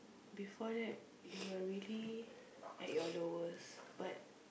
before that you were really at your lowest but